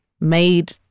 made